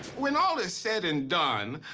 when all is said and done,